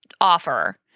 offer